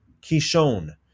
Kishon